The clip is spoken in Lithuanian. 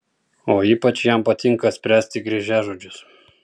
o ypač jam patinka spręsti kryžiažodžius